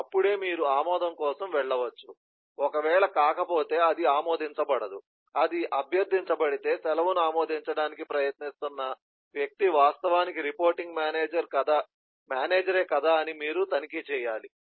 అప్పుడే మీరు ఆమోదం కోసం వెళ్ళవచ్చు ఒకవేళ కాకపోతే అది ఆమోదించబడదు అది అభ్యర్థించబడితే సెలవును ఆమోదించడానికి ప్రయత్నిస్తున్న వ్యక్తి వాస్తవానికి రిపోర్టింగ్ మేనేజరే కాదా అని మీరు తనిఖీ చేయాలి